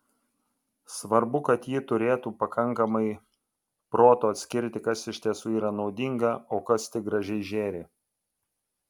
svarbu kad ji turėtų pakankamai proto atskirti kas iš tiesų yra naudinga o kas tik gražiai žėri